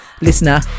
listener